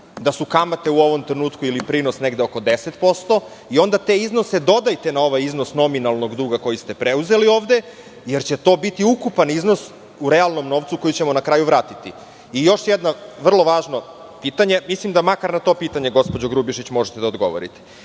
da su kamate u ovom trenutku ili prinos negde oko 10%, i onda te iznose dodajte na ovaj iznos nominalnog duga koji ste preuzeli ovde, jer će to biti ukupan iznos u realnom novcu koji ćemo na kraju vratiti. Imam još jedno vrlo važno pitanje. Mislim da makar na to pitanje, gospođo Grubješić, možete da dogovorite.